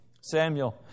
Samuel